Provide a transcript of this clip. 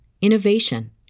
innovation